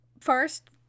first